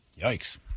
Yikes